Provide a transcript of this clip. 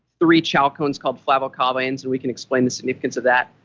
three chalcones called flavokawains, and we can explain the significance of that.